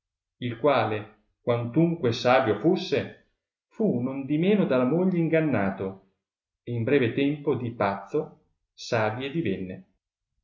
il quale quantunque savio fusse fu nondimeno dalla moglie ingannato e in breve tempo di pazzo savie divenne